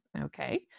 Okay